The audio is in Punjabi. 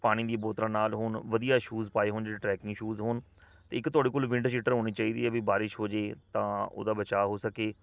ਪਾਣੀ ਦੀਆਂ ਬੋਤਲਾਂ ਨਾਲ ਹੋਣ ਵਧੀਆ ਸ਼ੂਜ਼ ਪਾਏ ਹੋਣ ਜਿਹੜੇ ਟਰੈਕਿੰਗ ਸ਼ੂਜ਼ ਹੋਣ ਅਤੇ ਇੱਕ ਤੁਹਾਡੇ ਕੋਲ ਵਿੰਡ ਸ਼ੀਟਰ ਹੋਣੀ ਚਾਹੀਦੀ ਹੈ ਵੀ ਬਾਰਿਸ਼ ਹੋ ਜੇ ਤਾਂ ਉਹਦਾ ਬਚਾਅ ਹੋ ਸਕੇ